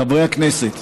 חברי הכנסת,